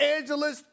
Angeles